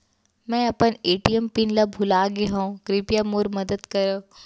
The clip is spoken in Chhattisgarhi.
मै अपन ए.टी.एम पिन ला भूलागे हव, कृपया मोर मदद करव